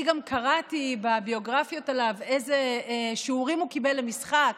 אני גם קראתי בביוגרפיות עליו איזה שיעורים הוא קיבל למשחק